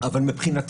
אני רוצה להבין.